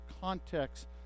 context